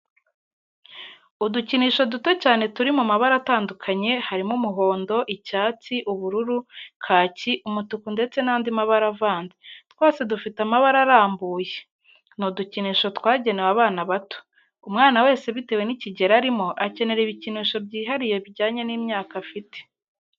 Udukinisho duto cyane turi mu mabara atandukanye harimo umuhondo, icyatsi, ubururu, kaki, umutuku ndetse n'andi mabara avanze, twose dufite amababa arambuye. Ni udukinisho twagenewe abana bato. Umwana wese bitewe n'ikigero arimo akenera ibikinsho byihariye bijyanye n'imyaka afite.